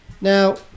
Now